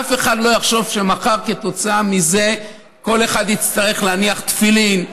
שאף אחד לא יחשוב שמחר כתוצאה מזה כל אחד יצטרך להניח תפילין.